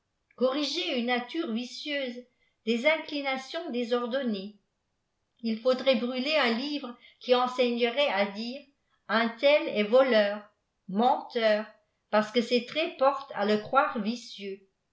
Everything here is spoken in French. corriger une nature vicieuse des inclinations désordonnéesr fl faudrait brûler un livre qpi enseignerait à dire un tel est voletor menteur parce que ses traits portent à le croire vicieux